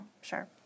sure